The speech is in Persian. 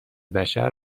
بشر